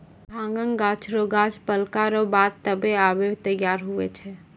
भांगक गाछ रो गांछ पकला रो बाद तबै भांग तैयार हुवै छै